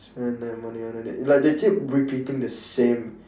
spend the money on it like they keep repeating the same